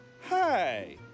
Hi